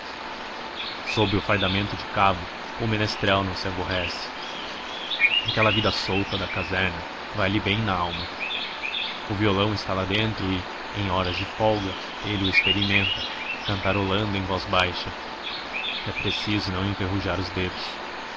sob o fardamento de cabo o menestrel não se aborrece aquela vida solta da caserna vai lhe bem nalma o violão está lá dentro e em horas de folga ele o experimenta cantarolando em voz baixa é preciso não enferrujar os dedos